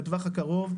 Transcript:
בטווח הקרוב,